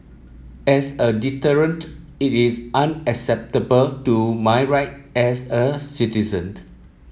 as a deterrent it is unacceptable to my right as a citizen